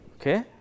Okay